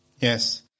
Yes